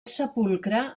sepulcre